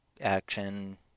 action